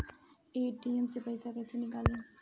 ATM से पैसा कैसे नीकली?